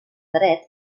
dret